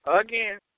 again